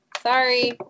Sorry